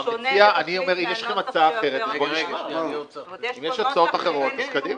אני אומר אם יש הצעות אחרות, אז קדימה.